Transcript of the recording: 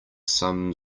some